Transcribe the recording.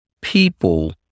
people